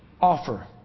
offer